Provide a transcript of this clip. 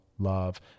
Love